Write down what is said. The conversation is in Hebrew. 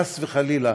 חס וחלילה,